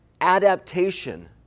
adaptation